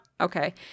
Okay